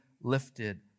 lifted